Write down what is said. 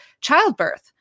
childbirth